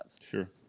Sure